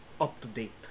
up-to-date